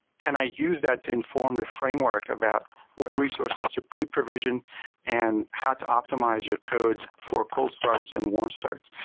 can i use that to inform your framework about what resources to pre-provision and how to optimize your code for cold starts and warm starts?